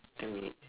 ten minutes